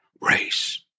race